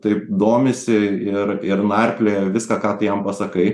taip domisi ir ir narplioja viską ką tu jam pasakai